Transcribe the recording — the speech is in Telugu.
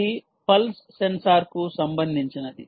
ఇది పల్స్ సెన్సార్కు సంబంధించినది